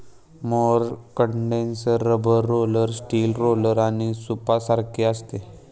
mower condenser rubber roller, steel roller आणि सूपसारखे असते